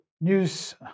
news